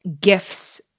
gifts